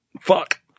Fuck